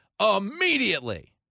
immediately